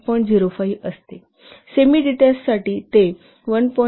05 असते सेमीडीटेच साठी ते 1